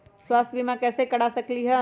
स्वाथ्य बीमा कैसे करा सकीले है?